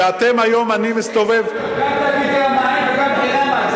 זה גם תאגידי המים וגם מחירי המים.